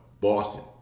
Boston